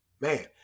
Man